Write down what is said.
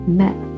met